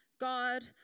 God